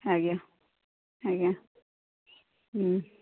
ଆଜ୍ଞା ଆଜ୍ଞା ହୁଁ